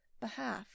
behalf